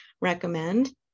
recommend